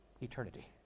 eternity